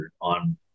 on